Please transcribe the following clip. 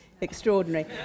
extraordinary